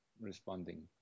responding